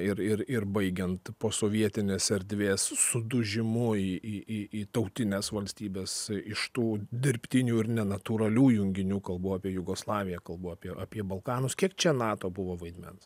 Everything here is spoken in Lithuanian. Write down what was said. ir ir ir baigiant posovietinės erdvės sudužimu į į į į tautines valstybes iš tų dirbtinių ir nenatūralių junginių kalbu apie jugoslaviją kalbu apie apie balkanus kiek čia nato buvo vaidmens